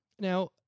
Now